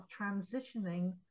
transitioning